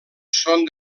són